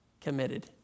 committed